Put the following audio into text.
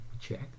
Check